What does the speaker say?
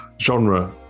genre